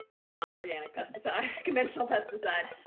a non-organic pesticide, conventional pesticide.